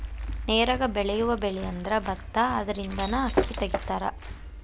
ನೇರಾಗ ಬೆಳಿಯುವ ಬೆಳಿಅಂದ್ರ ಬತ್ತಾ ಅದರಿಂದನ ಅಕ್ಕಿ ತಗಿತಾರ